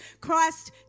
Christ